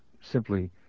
simply